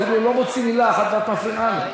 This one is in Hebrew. הוא אפילו לא מוציא מילה אחת ואת מפריעה לו.